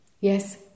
yes